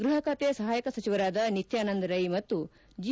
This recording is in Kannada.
ಗೃಹ ಖಾತೆ ಸಹಾಯಕ ಸಚಿವರಾದ ನಿತ್ಯಾನಂದ್ ರೈ ಮತ್ತು ಜಿ